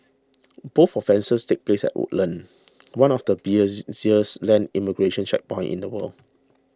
both offences take place at Woodlands one of the land immigration checkpoints in the world